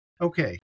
okay